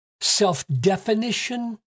self-definition